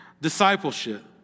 discipleship